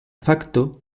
fakto